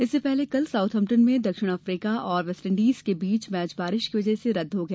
इससे पहले कल साउथम्पटन में दक्षिण अफ्रीका और वेस्टजइंडीज के बीच मैच बारिश की वजह से रद्द हो गया